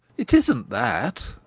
it isn't that,